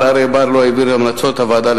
ופה צריך להבין למה אנחנו